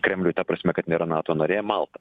kremliui ta prasme kad nėra nato narė malta